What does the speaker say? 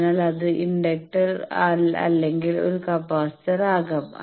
അതിനാൽ അത് ഇൻഡക്റ്റർ അല്ലെങ്കിൽ ഒരു കപ്പാസിറ്റർ ആകാം